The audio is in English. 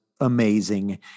amazing